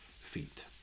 feet